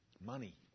Money